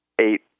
eight